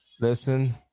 listen